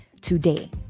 today